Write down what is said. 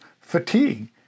fatigue